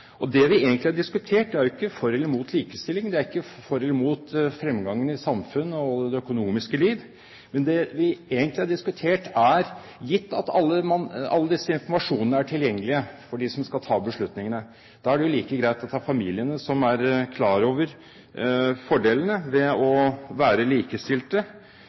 liv. Det vi egentlig har diskutert, er at gitt at alle disse informasjonene er tilgjengelig for dem som skal ta beslutningene, er det jo like greit at det blir familiene, som er klar over fordelene ved å være likestilte.